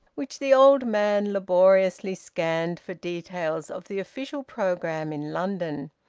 which the old man laboriously scanned for details of the official programme in london.